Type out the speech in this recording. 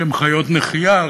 שהן חיות נחייה.